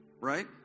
Right